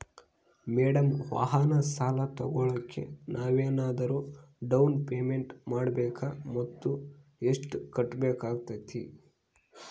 Madam ವಾಹನ ಸಾಲ ತೋಗೊಳೋಕೆ ನಾವೇನಾದರೂ ಡೌನ್ ಪೇಮೆಂಟ್ ಮಾಡಬೇಕಾ ಮತ್ತು ಎಷ್ಟು ಕಟ್ಬೇಕಾಗ್ತೈತೆ?